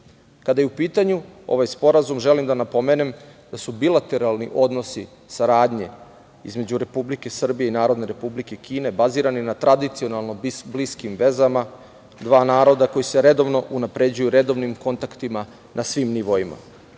je u pitanju ovaj sporazum želim da napomenem da su bilateralni odnosi saradnje između Republike Srbije i Narodne Republike Kine bazirani na tradicionalno bliskim vezama dva naroda koji se redovno unapređuju, redovnim kontaktima na svim nivoima.